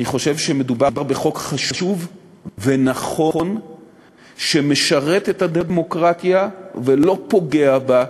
אני חושב שמדובר בחוק חשוב ונכון שמשרת את הדמוקרטיה ולא פוגע בה,